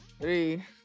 Three